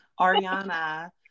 Ariana